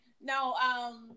No